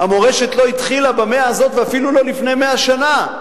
המורשת לא התחילה במאה הזאת ואפילו לא לפני 100 שנה.